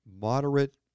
moderate